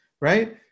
Right